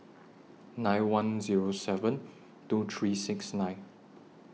nine one Zero seven two three six nine